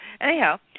Anyhow